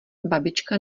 babička